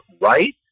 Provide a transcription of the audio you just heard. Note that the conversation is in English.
right